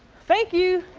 thank you.